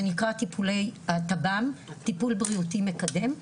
זה נקרא טיפולי הטב"ם- טיפול בריאותי מקדם,